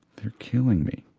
they're killing me.